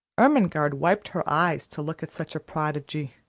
ermengarde wiped her eyes to look at such a prodigy.